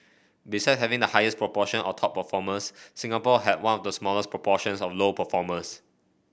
besides having the highest proportion of top performers Singapore had one of the smallest proportions of low performers